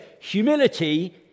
humility